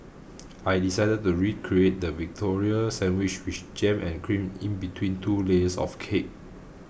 I decided to recreate the Victoria Sandwich with jam and cream in between two layers of cake